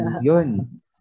yun